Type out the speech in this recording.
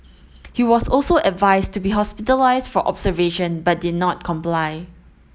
he was also advised to be hospitalised for observation but did not comply